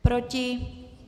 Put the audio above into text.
Proti?